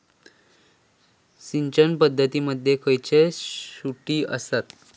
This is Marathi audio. सिंचन पद्धती मध्ये खयचे त्रुटी आसत?